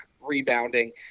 rebounding